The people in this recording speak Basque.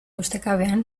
ustekabean